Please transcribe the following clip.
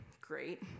Great